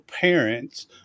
parents